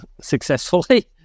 successfully